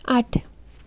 आठ